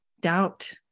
doubt